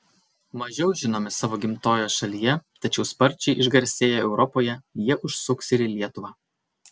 mažiau žinomi savo gimtojoje šalyje tačiau sparčiai išgarsėję europoje jie užsuks ir į lietuvą